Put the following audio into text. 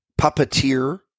puppeteer